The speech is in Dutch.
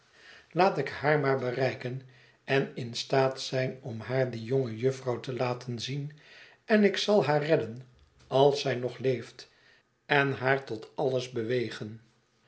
laat ik haar maar bereiken en in staat zijn om haar die jonge jufvrouw te laten zien en ik zal haar redden als zij nog leeft en haar tot alles bewegen